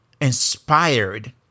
inspired